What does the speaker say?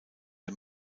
der